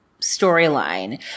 storyline